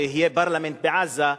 ויהיה פרלמנט בעזה,